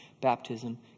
baptism